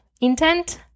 intent